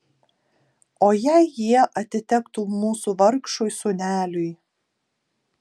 o jei jie atitektų mūsų vargšui sūneliui